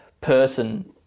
person